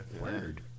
weird